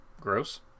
gross